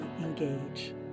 engage